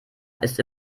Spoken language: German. ist